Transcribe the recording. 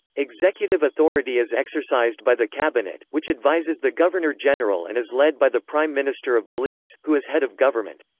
executive authority is exercised by the cabinet, which advises the governor-general and is led by the prime minister of belize, who is head of government.